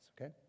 okay